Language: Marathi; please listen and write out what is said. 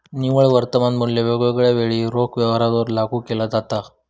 निव्वळ वर्तमान मुल्य वेगवेगळ्या वेळी रोख व्यवहारांवर लागू केला जाता